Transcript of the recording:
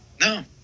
No